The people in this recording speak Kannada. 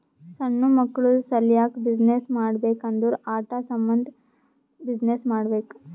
ಸಣ್ಣು ಮಕ್ಕುಳ ಸಲ್ಯಾಕ್ ಬಿಸಿನ್ನೆಸ್ ಮಾಡ್ಬೇಕ್ ಅಂದುರ್ ಆಟಾ ಸಾಮಂದ್ ಬಿಸಿನ್ನೆಸ್ ಮಾಡ್ಬೇಕ್